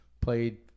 Played